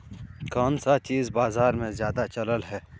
कोन सा बीज बाजार में ज्यादा चलल है?